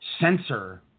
censor